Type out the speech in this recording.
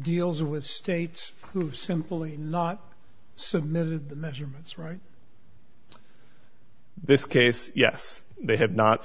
deals with states who are simply not submitted measurements right this case yes they have not